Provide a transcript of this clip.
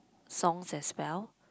songs as well